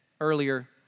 earlier